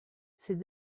c’est